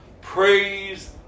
Praise